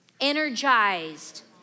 energized